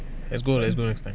let's go let's go next time